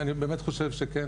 אני באמת חושב שכן,